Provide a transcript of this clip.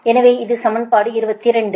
எனவே இது சமன்பாடு 22